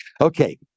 Okay